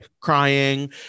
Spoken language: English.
crying